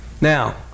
Now